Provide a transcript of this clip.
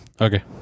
Okay